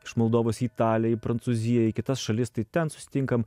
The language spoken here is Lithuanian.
iš moldovos į italiją į prancūziją į kitas šalis tai ten susitinkam